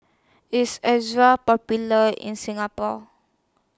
IS Ezerra Popular in Singapore